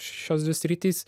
šios dvi sritys